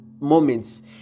moments